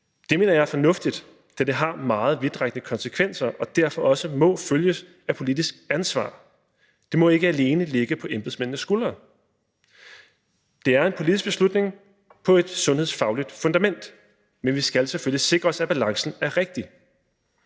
Det mener jeg er fornuftigt, da det har meget vidtrækkende konsekvenser og derfor også må følges af politisk ansvar. Det må ikke alene ligge på embedsmændenes skuldre. Det er en politisk beslutning på et sundhedsfagligt fundament, men vi skal selvfølgelig sikre os, at balancen er rigtig.